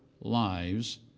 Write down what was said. lives